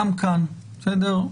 גם כאן, בסדר?